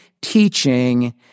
teaching